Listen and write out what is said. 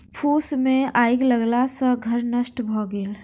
फूस मे आइग लगला सॅ घर नष्ट भ गेल